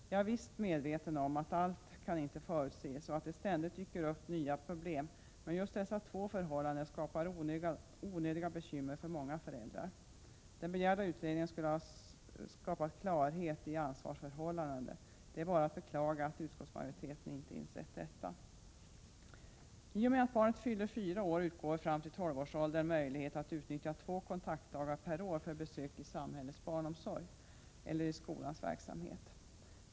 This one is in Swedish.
Jag är visst medveten om att allt inte kan förutses och att det ständigt dyker upp nya problem, men just dessa två förhållanden skapar onödiga bekymmer för många föräldrar. Den begärda utredningen skulle ha skapat klarhet i ansvarsförhållandena. Det är bara att beklaga att utskottsmajoriteten inte har insett detta. I och med att barnet fyller fyra år och fram till tolvårsåldern finns det möjlighet att utnyttja två kontaktdagar per år för besök i samhällets barnomsorg eller i skolan.